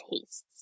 tastes